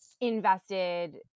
invested